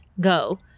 go